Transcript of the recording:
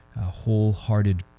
wholehearted